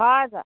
हजुर